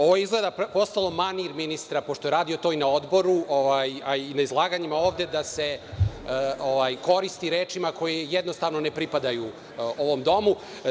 Ovo izgleda postalo manir ministra pošto je to radio i na odboru, a i ne izlaganjima ovde da se koristi rečima koje jednostavno ne pripadaju ovom Domu.